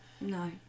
No